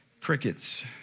crickets